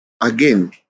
again